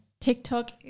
TikTok